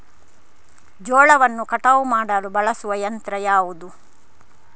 ಜೋಳವನ್ನು ಕಟಾವು ಮಾಡಲು ಬಳಸುವ ಯಂತ್ರ ಯಾವುದು?